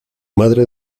madre